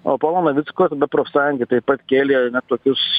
o pono navicko profsąjunga taip pat kėlė tokius